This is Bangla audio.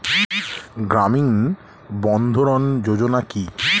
গ্রামীণ বন্ধরন যোজনা কি?